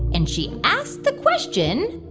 and she asked the question.